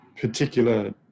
particular